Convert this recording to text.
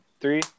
Three